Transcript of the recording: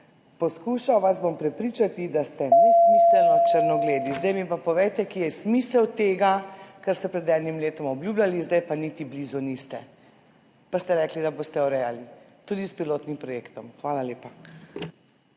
poskušal prepričati, da smo nesmiselno črnogledi. Zdaj mi pa povejte, kje je smisel tega, kar ste pred enim letom obljubljali, zdaj pa niti blizu niste, pa ste rekli, da boste urejali, tudi s pilotnim projektom. Hvala lepa.